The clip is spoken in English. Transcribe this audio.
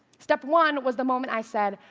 step one was the moment i said,